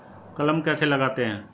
कलम कैसे लगाते हैं?